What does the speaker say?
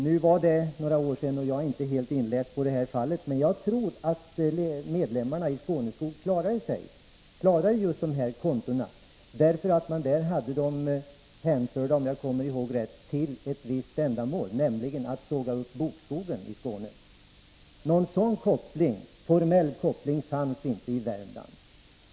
Nu var det några år sedan, och jag är inte helt inläst på det fallet, men jag tror att medlemmarna i Skåneskog klarade de här kontona därför att man där, om jag minns rätt, hade dem hänförda till ett visst ändamål, nämligen att såga upp bokskogen i Skåne. Någon sådan formell koppling fanns inte i Värmland.